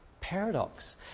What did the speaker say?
paradox